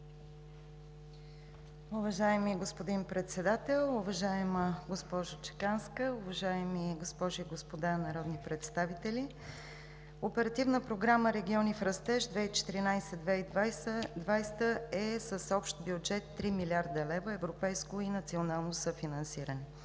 Уважаеми господин Председател, уважаема госпожо Чеканска, уважаеми госпожи и господа народни представители! Оперативна програма „Региони в растеж 2014 – 2020 г.“ е с общ бюджет 3 млрд. лв. европейско и национално съфинансиране.